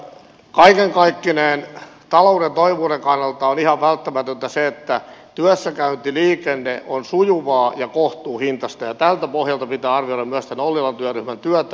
kaiken kaikkineen talouden toimivuuden kannalta on ihan välttämätöntä se että työssäkäyntiliikenne on sujuvaa ja kohtuuhintaista ja tältä pohjalta pitää arvioida myös tämän ollilan työryhmän työtä